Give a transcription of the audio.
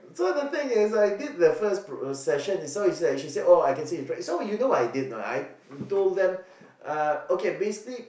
so the thing is like this is the first pr~ uh session so is like she say oh I can say it's right so you know what I did a not I told them uh okay basically